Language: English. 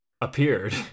appeared